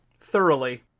Thoroughly